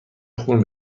خون